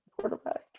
quarterback